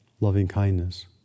loving-kindness